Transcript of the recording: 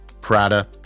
Prada